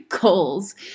goals